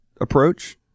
approach